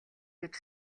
гэж